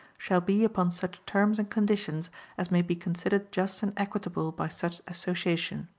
shall be upon such terms and conditions as may be considered just and equitable by such association.